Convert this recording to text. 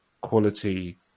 quality